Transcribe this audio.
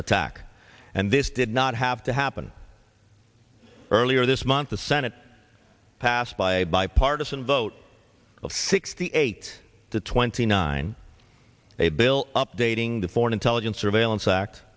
attack and this did not have to happen earlier this month the senate passed by a bipartisan vote of sixty eight to twenty nine a bill updating the foreign intelligence surveillance act